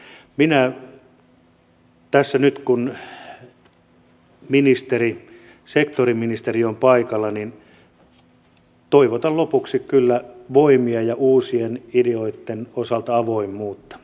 minä tässä nyt kun sektoriministeri on paikalla toivotan lopuksi kyllä voimia ja uusien ideoitten osalta avoimuutta